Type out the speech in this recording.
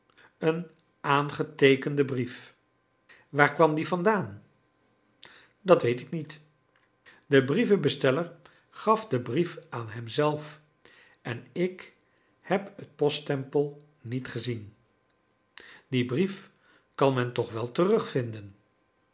een aangeteekenden brief waar kwam die vandaan dat weet ik niet de brievenbesteller gaf den brief aan hem zelf en ik heb het poststempel niet gezien dien brief kan men toch wel terugvinden